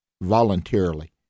voluntarily